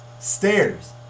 stairs